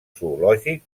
zoològic